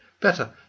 Better